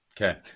Okay